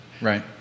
right